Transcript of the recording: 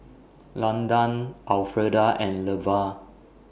Landan Alfreda and Levar